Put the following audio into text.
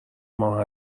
ماه